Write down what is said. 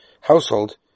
household